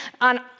on